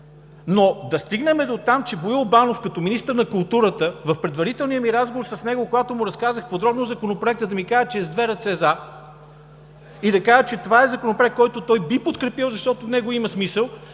но да стигнем дотам, че Боил Банов като министър на културата в предварителния ми разговор с него, когато му разказах подробно за Законопроекта, да ми каже, че е с две ръце „за“, и това е Законопроект, който той би подкрепил, защото в него има смисъл,